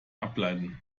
ableiten